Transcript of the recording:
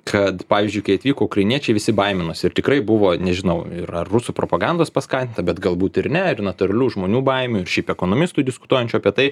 kad pavyzdžiui kai atvyko ukrainiečiai visi baiminosi ir tikrai buvo nežinau ir ar rusų propagandos paskatinta bet galbūt ir ne ir naturalių žmonių baimių ir šiaip ekonomistų diskutuojančių apie tai